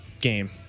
game